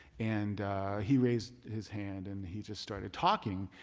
and he raised his hand and he just started talking.